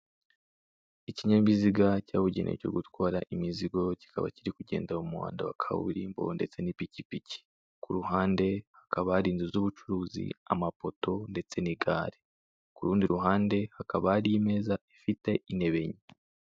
Ikinyabiziga cyabugenewe cyo gutwara imizigo, kikaba kiri kugenda mu muhanda wa kaburimbo ndetse n'ipikipiki. Ku ruhande hakaba hari inzu z'ubucuruzi, amapoto ndetse n'igare. Ku rundi ruhande, hakaba hari imeza ifite intebe enye.